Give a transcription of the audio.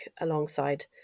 alongside